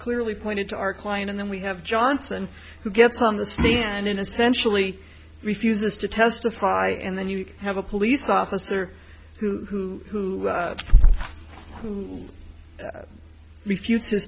clearly pointed to our client and then we have johnson who gets on the stand in essentially refuses to testify and then you have a police officer who who refused to